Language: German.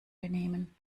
benehmen